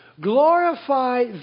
glorify